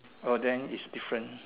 oh then it's different